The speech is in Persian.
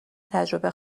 تجربه